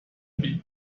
beach